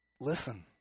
listen